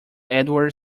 edward